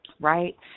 right